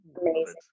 Amazing